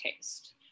taste